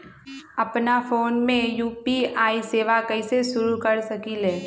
अपना फ़ोन मे यू.पी.आई सेवा कईसे शुरू कर सकीले?